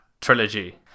trilogy